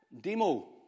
demo